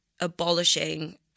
abolishing